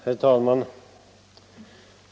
Herr talman!